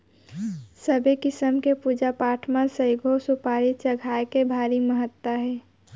सबे किसम के पूजा पाठ म सइघो सुपारी चघाए के भारी महत्ता हे